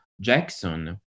Jackson